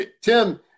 Tim